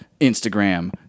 Instagram